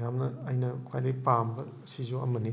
ꯌꯥꯝꯅ ꯑꯩꯅ ꯈ꯭ꯋꯥꯏꯗꯒꯤ ꯄꯥꯝꯕ ꯁꯤꯁꯨ ꯑꯃꯅꯤ